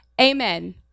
amen